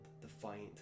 defiant